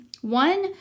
One